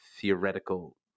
theoretical